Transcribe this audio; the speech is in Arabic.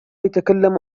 يتكلم